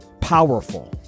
powerful